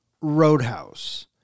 Roadhouse